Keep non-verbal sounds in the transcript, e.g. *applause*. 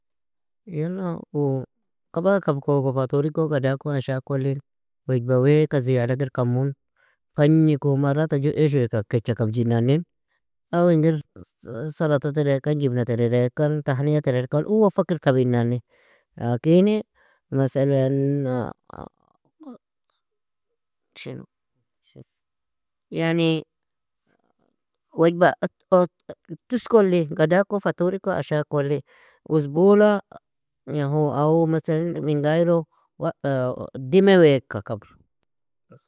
Yala u kabaka kabkuga faturiku gadaku ashakulin. Wajba weaka ziyadakir kammon, fagniku marata ju ishweaka keccha kabjinanin, aw inger *hesitation* salata tereda ikan, jibna tereda ikan, tahniya ttereda ikan uwon fakil kabinnanin. Lakini, masalana, *hesitation* yani wajba tuskolli gadaku faturiku ashakolli, uzbula, yaho aw masalani minga ayro dime weaka kabru